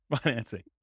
financing